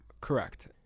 Correct